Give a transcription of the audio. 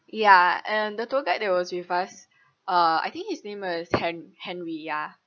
ya and the tour guide that was with us uh I think his name was hen~ henry ya